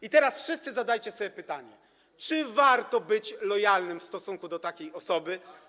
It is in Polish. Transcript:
I teraz wszyscy zadajcie sobie pytanie: Czy warto być lojalnym w stosunku do takiej osoby?